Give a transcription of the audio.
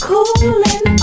Cooling